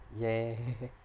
ya